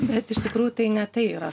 bet iš tikrųjų tai ne tai yra